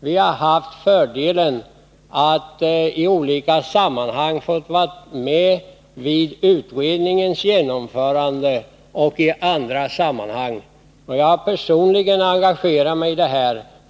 Vi har haft fördelen att få vara med vid utredningens genomförande och i andra sammanhang. Jag har personligen engagerat mig i det här.